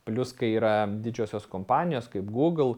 plius kai yra didžiosios kompanijos kaip gūgl